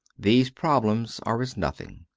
these problems are as nothing.